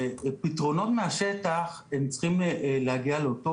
פתרונות מהשטח הם צריכים להגיע לאותו